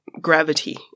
gravity